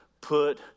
put